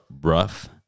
rough